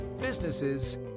businesses